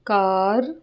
ਕਰ